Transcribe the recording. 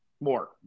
more